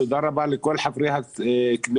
תודה רבה לכל חברי הכנסת,